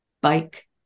bike